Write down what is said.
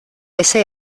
ese